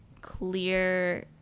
clear